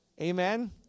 Amen